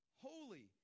holy